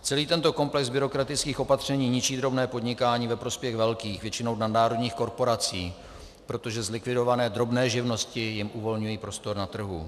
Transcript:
Celý tento komplex byrokratických opatření ničí drobné podnikání ve prospěch velkých, většinou nadnárodních korporací, protože zlikvidované drobné živnosti jim uvolňují prostor na trhu.